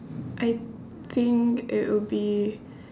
I think it would be